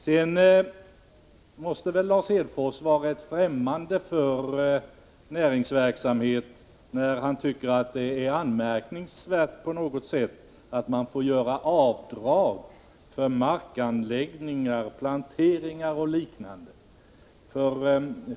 Lars Hedfors måste vara rätt fftämmande för näringsverksamhet, när han tycker att det på något sätt är anmärkningsvärt att man får göra avdrag för markanläggningar, planteringar och liknande.